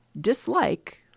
dislike